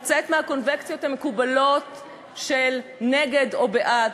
לצאת מהקונבנציות המקובלות של נגד או בעד.